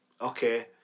Okay